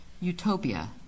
Utopia